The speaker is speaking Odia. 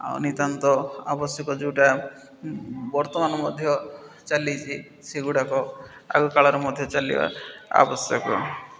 ଆଉ ନିତ୍ୟାନ୍ତ ଆବଶ୍ୟକ ଯେଉଁଟା ବର୍ତ୍ତମାନ ମଧ୍ୟ ଚାଲିଛି ସେଗୁଡ଼ାକ ଆଗକାଳରେ ମଧ୍ୟ ଚାଲିବା ଆବଶ୍ୟକ